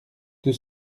deux